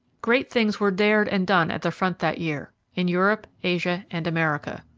great things were dared and done at the front that year, in europe, asia, and america.